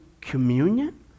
Communion